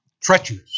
treacherous